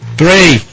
three